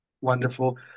Wonderful